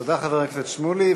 תודה, חבר הכנסת שמולי.